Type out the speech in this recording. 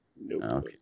no